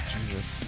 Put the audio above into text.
Jesus